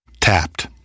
Tapped